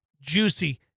juicy